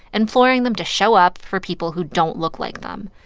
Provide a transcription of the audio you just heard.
imploring them to show up for people who don't look like them.